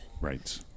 right